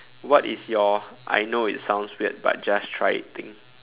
what is your I know it sounds weird but just try it thing